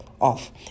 off